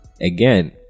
Again